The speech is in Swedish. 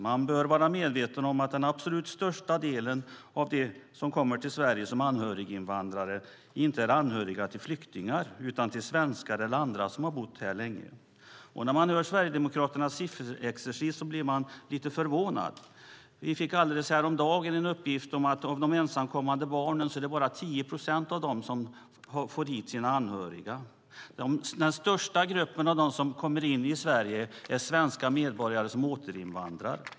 Man bör vara medveten om att den absolut största delen av dem som kommer till Sverige som anhöriginvandrare inte är anhöriga till flyktingar utan till svenskar eller andra som har bott här länge. När man hör Sverigedemokraternas sifferexercis blir man lite förvånad. Häromdagen fick vi uppgiften att av de ensamkommande barnen är det bara 10 procent som får hit sina anhöriga. Den största gruppen av dem som kommer in i Sverige är svenska medborgare som återinvandrar.